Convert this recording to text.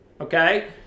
okay